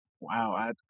Wow